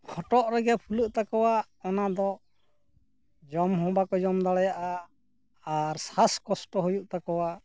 ᱦᱚᱴᱚᱜ ᱨᱮᱜᱮ ᱯᱷᱩᱞᱟᱹᱜ ᱛᱟᱠᱚᱣᱟ ᱚᱱᱟ ᱫᱚ ᱡᱚᱢ ᱦᱚᱸ ᱵᱟᱠᱚ ᱡᱚᱢ ᱫᱟᱲᱮᱭᱟᱜᱼᱟ ᱟᱨ ᱥᱟᱥ ᱠᱚᱥᱴᱚ ᱦᱩᱭᱩᱜ ᱛᱟᱠᱚᱣᱟ